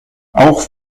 auch